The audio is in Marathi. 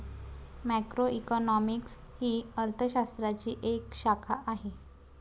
मॅक्रोइकॉनॉमिक्स ही अर्थ शास्त्राची एक शाखा आहे